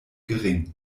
gering